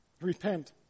repent